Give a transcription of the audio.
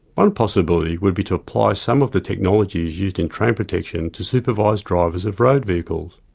one possibility would be to apply some of the technologies used in train protection to supervise drivers of road vehicles.